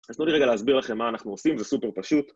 אז תנו לי רגע להסביר לכם מה אנחנו עושים- זה סופר פשוט.